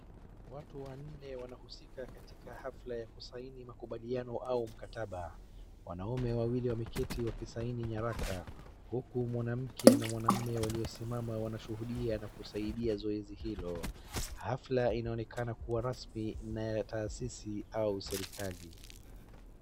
Watu wanne wanahusika katika hafla ya kusaini makubaliano au mkataba, wanaume wawili wameketi wakisaini nyaraka huku mwanamke na mwanamme waliosimama wanashuhudia zoezi hilo hafla inaonekana kuwa rasmi na ya taasisi au serikali.